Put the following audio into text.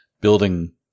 building